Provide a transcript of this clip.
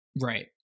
right